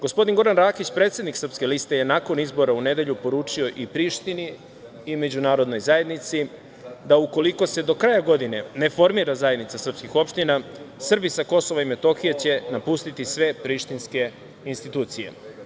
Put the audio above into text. Gospodin Goran Rakić, predsednik Srpske liste, je nakon izbora u nedelju poručio i Prištini i međunarodnoj zajednici da u koliko se do kraja godine ne formira Zajednica srpskih opština Srbi sa KiM će napustiti sve prištinske institucije.